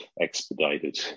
expedited